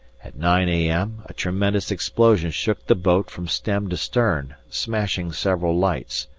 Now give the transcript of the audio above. at nine a m. a tremendous explosion shook the boat from stem to stern, smashing several lights,